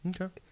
okay